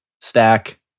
stack